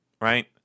right